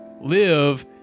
live